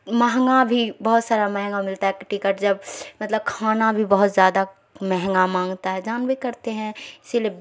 مہنگا بھی بہت سارا مہنگا ملتا ہے ٹکٹ جب مطلب کھانا بھی بہت زیادہ مہنگا مانگتا ہے جانبے کرتے ہیں اسی لیے بے